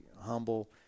humble